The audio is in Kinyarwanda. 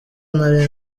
nari